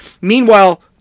Meanwhile